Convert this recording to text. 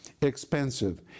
expensive